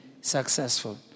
successful